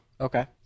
Okay